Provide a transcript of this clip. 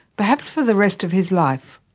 perhaps for the rest of his life.